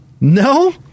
No